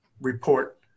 report